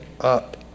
up